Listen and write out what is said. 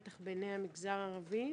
בטח בעייני המגזר הערבי.